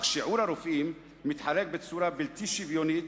אך מספר הרופאים מתחלק בצורה בלתי שוויונית